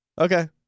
Okay